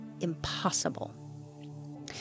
impossible